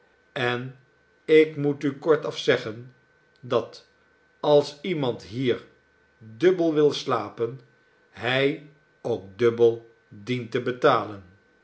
en ik moet u kortaf zeggen dat als iemand hier dubbel wil slapen hij ook dubbel dient te betalen